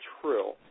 true